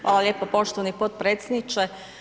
Hvala lijepo poštovani potpredsjedniče.